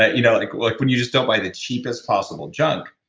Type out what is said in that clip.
ah you know like like when you just don't buy the cheapest possible junk.